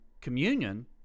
communion